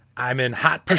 i'm in hot